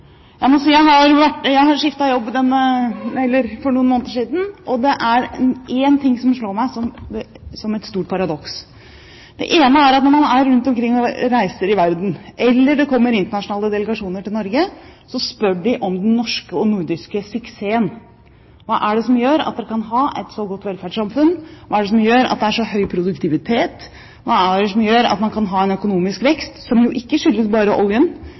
Jeg skiftet jobb for noen måneder siden, og det er en ting som slår meg som et stort paradoks. På den ene siden, når man reiser rundt i verden, eller det kommer internasjonale delegasjoner til Norge, så spør de om den norske og nordiske suksessen. Hva er det som gjør at dere kan ha et så godt velferdssamfunn, hva er det som gjør at det er så høy produktivitet, hva er det som gjør at man kan ha en økonomisk vekst – som jo ikke bare skyldes oljen,